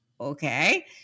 okay